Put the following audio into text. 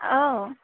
औ